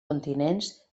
continents